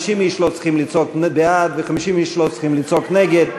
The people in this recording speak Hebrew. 50 איש לא צריכים לצעוק "בעד" ו-50 איש לא צריכים לצעוק "נגד".